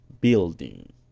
building